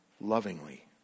lovingly